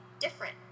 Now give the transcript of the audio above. different